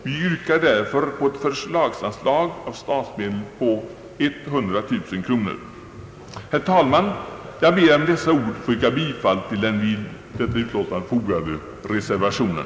Vi yrkar därför på ett förslagsanslag av statsmedel på 100 000 kronor. Herr talman! Jag ber att med dessa ord få yrka bifall till den vid utlåtandet fogade reservationen.